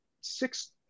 six